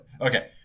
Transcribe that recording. Okay